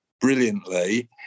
brilliantly